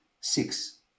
Six